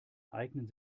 eignen